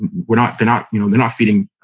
and we're not they're not you know they're not feeding.